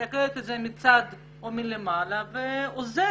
מסתכלת עליהן מהצד או מלמעלה, ועוזרת.